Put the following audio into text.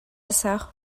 sœur